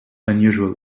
unusual